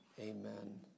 amen